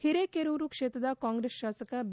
ಹಿರೇಕೆರೂರು ಕ್ಷೇತ್ರದ ಕಾಂಗ್ರೆಸ್ ಶಾಸಕ ಬಿ